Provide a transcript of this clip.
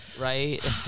right